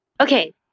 Okay